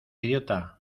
idiota